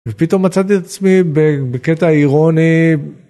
ופתאום מצאתי את עצמי בקטע אירוני.